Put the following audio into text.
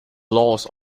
laws